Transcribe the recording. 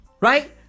Right